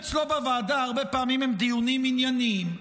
הרבה פעמים הם דיונים ענייניים.